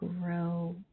grow